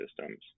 systems